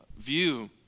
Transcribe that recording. view